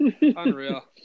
Unreal